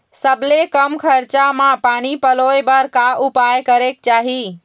सबले कम खरचा मा पानी पलोए बर का उपाय करेक चाही?